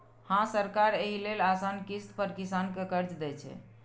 हां, सरकार एहि लेल आसान किस्त पर किसान कें कर्ज दै छै